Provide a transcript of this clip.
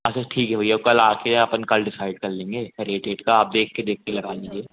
अच्छा ठीक है भैया कल आ कर अपन कल डिसाइड कल लेंगे रेट एट का आप देख कर देख कर लगवा लीजिए